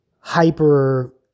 hyper